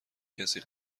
کسی